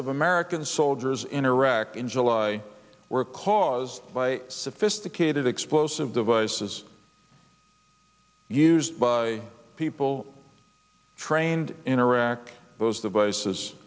of american soldiers in iraq in july were caused by a sophisticated explosive devices used by people trained in iraq those devices